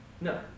No